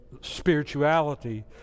spirituality